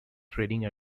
trading